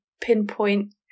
pinpoint